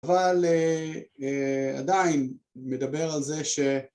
‫אבל עדיין מדבר על זה ש...